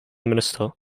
minister